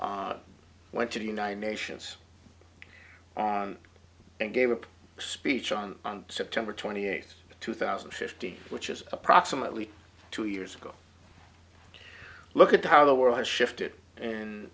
putin went to the united nations and gave a speech on september twenty eighth two thousand and fifty which is approximately two years ago look at how the world has shifted